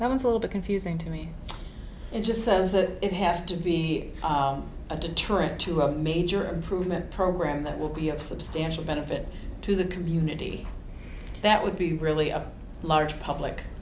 that one's a little bit confusing to me in just a it has to be a deterrent to a major improvement program that will be of substantial benefit to the community that would be really a large public